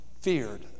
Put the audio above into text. feared